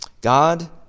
God